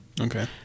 okay